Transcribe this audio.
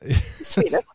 Sweetest